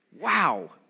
Wow